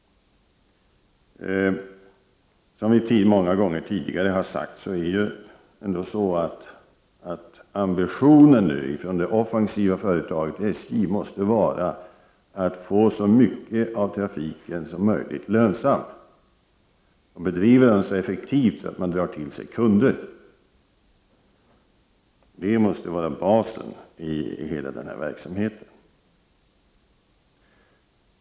Ambitionen från det offensiva företaget SJ måste vara, så som sagts många gånger tidigare, att få så stor del av trafiken som möjligt lönsam och bedriva den så effektivt att man drar till sig kunder. Detta måste vara basen i hela verksamheten.